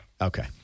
Okay